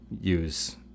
use